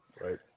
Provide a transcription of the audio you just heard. Right